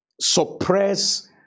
suppress